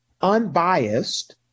unbiased